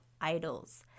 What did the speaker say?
idols